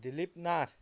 Dilip Nath